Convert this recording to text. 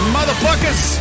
Motherfuckers